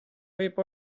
võib